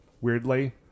Weirdly